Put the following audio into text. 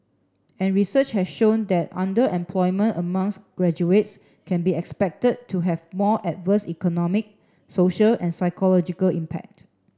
and research has shown that underemployment amongst graduates can be expected to have more adverse economic social and psychological impact